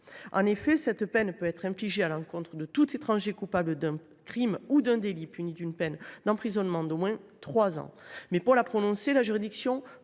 En effet, cette peine peut être infligée à l’encontre de tout étranger coupable d’un crime ou d’un délit puni d’une peine d’emprisonnement d’au moins trois ans. Pour la prononcer, la juridiction